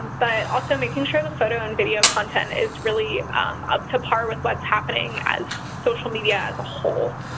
but also making sure the photo and video content is really up to par with what's happening as social media as a whole.